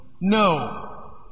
no